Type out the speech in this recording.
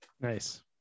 Nice